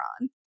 on